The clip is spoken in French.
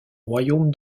royaume